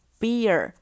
beer